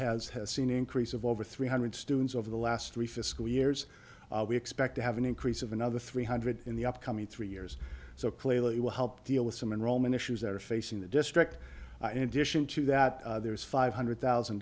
has has seen increase of over three hundred students over the last three fiscal years we expect to have an increase of another three hundred in the upcoming three years so clearly it will help deal with some enrollment issues that are facing the district in addition to that there is five hundred thousand